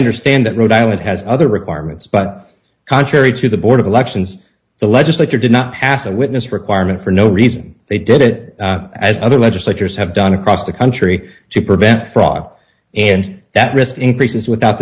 understand that rhode island has other requirements but contrary to the board of elections the legislature did not pass a witness requirement for no reason they did it as other legislatures have done across the country to prevent fraud and that risk increases without